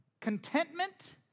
contentment